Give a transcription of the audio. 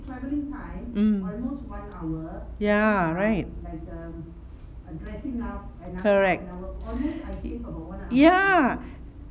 ya right correct yah